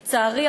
לצערי,